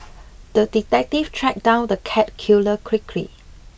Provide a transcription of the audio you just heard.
the detective tracked down the cat killer quickly